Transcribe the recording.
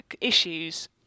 issues